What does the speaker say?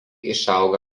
išauga